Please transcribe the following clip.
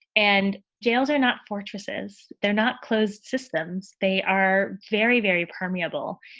and jails are not fortresses. they're not closed systems. they are very, very permeable.